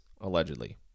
allegedly